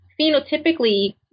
phenotypically